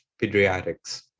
Pediatrics